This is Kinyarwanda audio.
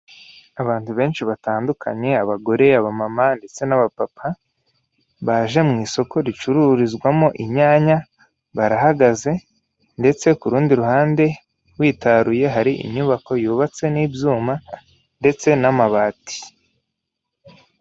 Abantu benshi batandukanye abagore, abamama ndetse n'abapapa, baje mu isoko ricururizwamo inyanya barahagaze, ndetse k'urundi ruhande witaruye hari inyubako yubatse n'ibyuma ndetse n'amabati.